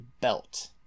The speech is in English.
belt